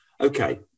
Okay